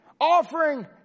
Offering